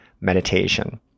meditation